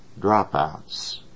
dropouts